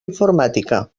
informàtica